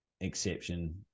exception